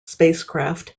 spacecraft